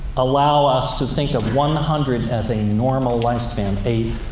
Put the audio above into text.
allow us to think of one hundred as a normal lifespan. a